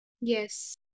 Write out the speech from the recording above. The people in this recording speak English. yes